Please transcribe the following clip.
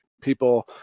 People